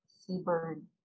seabird